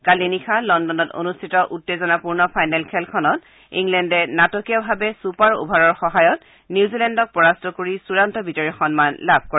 কালি নিশা লণ্ডনত অনুষ্ঠিত উত্তেজনাপূৰ্ণ ফাইনেল খেলখনত ইংলেণ্ডে নাটকীয়ভাৱে ছুপাৰ অভাৰৰ সহায়ত নিউজিলেণ্ডক পৰাস্ত কৰি চুড়ান্ত বিজয়ীৰ সন্মান লাভ কৰে